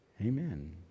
Amen